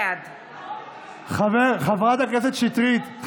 בעד חברת הכנסת שטרית,